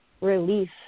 relief